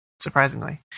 surprisingly